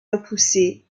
repoussé